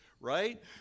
right